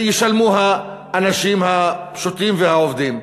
ישלמו אותם האנשים הפשוטים והעובדים.